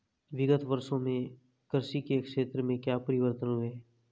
विगत वर्षों में कृषि के क्षेत्र में क्या परिवर्तन हुए हैं?